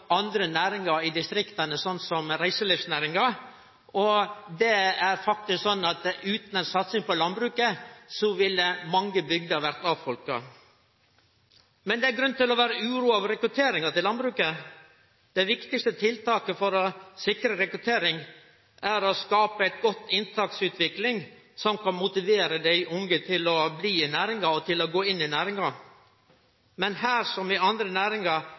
andre næringar i distrikta, som reiselivsnæringa. Det er faktisk sånn at utan ei satsing på landbruket ville mange bygder vore avfolka. Men det er grunn til å vere uroa over rekrutteringa til landbruket. Det viktigaste tiltaket for å sikre rekruttering er å skape ei god inntaksutvikling som kan motivere dei unge til å gå inn – og bli – i næringa. Men her, som i andre næringar,